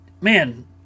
man